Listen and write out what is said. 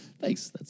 thanks